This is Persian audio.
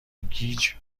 گیج